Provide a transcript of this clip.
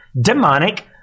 demonic